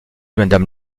madame